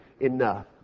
enough